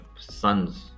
sons